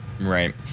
Right